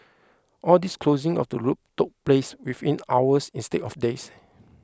all this closing of the loop took place within hours instead of days